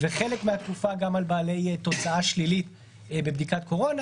וחלק מהתקופה גם על בעלי תוצאה שלילית בבדיקת קורונה.